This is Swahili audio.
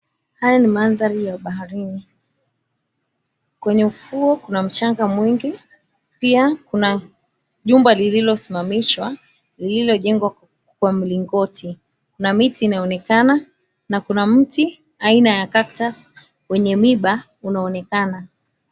Haya ni mandhari ya baharini. Kwenye ufuo kuna mchanga mwingi. Pia kuna jumba lililosimamishwa, lililojengwa kwa mlingoti na kuna miti inayoonekana na kuna miti aina ya cactus wenye miba unaonekana.